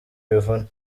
bivuna